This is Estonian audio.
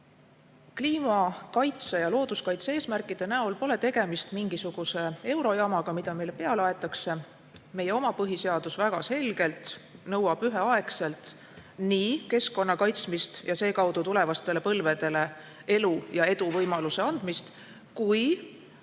Kliima- ja looduskaitse eesmärkide näol pole tegemist mingisuguse eurojamaga, mida meile peale sunnitakse. Meie oma põhiseadus nõuab üheaegselt nii keskkonna kaitsmist ja seekaudu tulevastele põlvedele elu ja edu võimaluse andmist kui